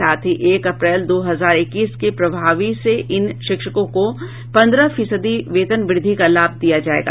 साथ ही एक अप्रैल दो हजार इक्कीस के प्रभावी से इन शिक्षकों को पंद्रह फीसदी वेतन वृद्धि का लाभ दिया जायेगा